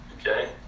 Okay